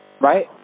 right